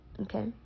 Okay